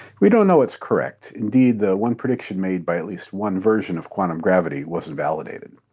we don't know it's correct indeed the one prediction made by at least one version of quantum gravity was invalidated.